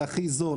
זה הכי זול.